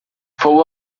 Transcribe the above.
fou